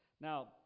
Now